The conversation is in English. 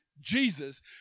Jesus